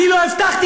אני לא הבטחתי,